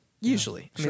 usually